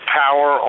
power